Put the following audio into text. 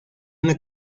una